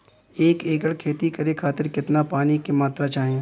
एक एकड़ खेती करे खातिर कितना पानी के मात्रा चाही?